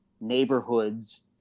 neighborhoods